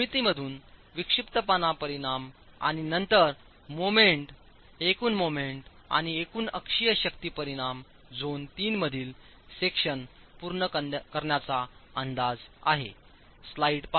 भूमितीमधून विक्षिप्तपणा परिणाम आणि नंतर मोमेंट एकूण मोमेंट आणिएकूण अक्षीय शक्ती परिणाम झोन 3 मधील सेक्शन पूर्ण करण्याचा अंदाज आहे